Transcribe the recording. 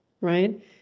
right